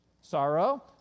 Sorrow